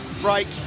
break